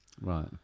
Right